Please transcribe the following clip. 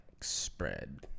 spread